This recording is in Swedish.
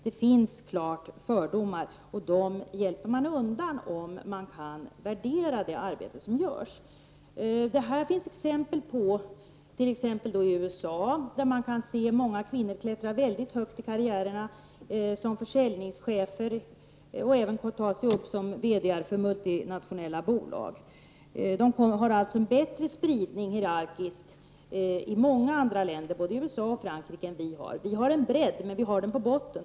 Det finns klara fördomar, och dem hjälper man till att undanröja genom att värdera det arbete som utförs. Det finns exempel på detta i bl.a. USA, där man kan få se många kvinnor klättra väldigt högt i karriärer som försäljningschefer och även som VD för multinationella bolag. Kvinnorna har t.ex. i många andra länder, både i USA och Frankrike, en bättre spridning hierarkiskt sett än vad vi har här i Sverige. Vi har en bredd, men den finns så att säga på botten.